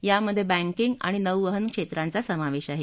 यामधे बँकिंग आणि नौवहन क्षेत्रांचा समावेश आहे